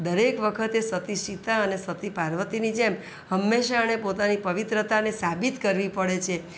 દરેક વખતે સતી સીતા અને સતી પાર્વતીની જેમ હંમેશાં એને પોતાની પવિત્રતાને સાબિત કરવી પડે છે